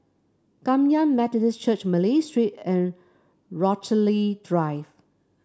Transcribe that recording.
Kum Yan Methodist Church Malay Street and Rochalie Drive